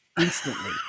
instantly